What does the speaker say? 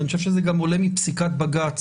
אני חושב שזה גם עולה מפסיקת בג"ץ.